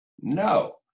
no